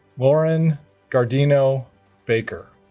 lauren guardino baker